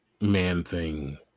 Man-Thing